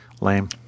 Lame